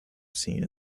seen